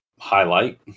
Highlight